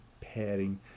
padding